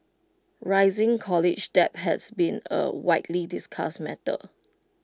rising college debt has been A widely discussed matter